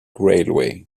railway